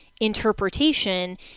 interpretation